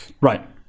right